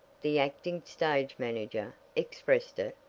the acting stage manager, expressed it,